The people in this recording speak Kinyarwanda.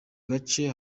gace